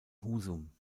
husum